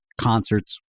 concerts